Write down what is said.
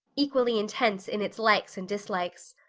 equally intense in its likes and dislikes.